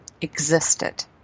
existed